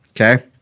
Okay